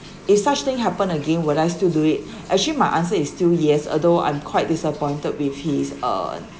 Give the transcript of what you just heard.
if such thing happen again would I still do it actually my answer is still yes although I'm quite disappointed with his uh